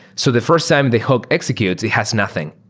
so the first time the hook executes, it has nothing.